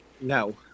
No